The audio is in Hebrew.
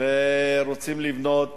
ורוצים לבנות,